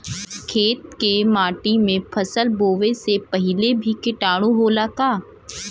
खेत के माटी मे फसल बोवे से पहिले भी किटाणु होला का?